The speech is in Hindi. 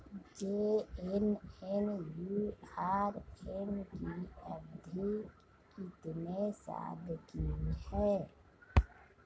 जे.एन.एन.यू.आर.एम की अवधि कितने साल की है?